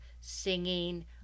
singing